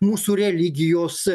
mūsų religijos